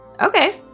Okay